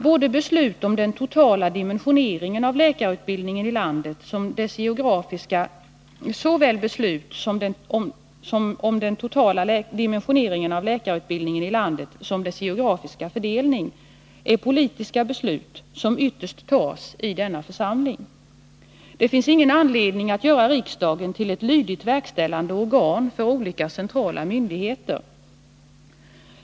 Såväl beslut om den totala dimensioneringen av läkarutbildningen i landet som om dess geografiska fördelning är politiska beslut som ytterst fattas i denna församling. Det finns ingen anledning att göra riksdagen till ett lydigt verkställande organ för olika centrala myndigheter.